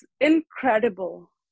incredible